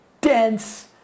dense